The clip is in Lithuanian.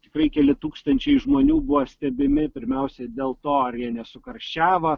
tikrai keli tūkstančiai žmonių buvo stebimi pirmiausiai dėl to ar jie nesukarščiavo